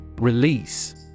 Release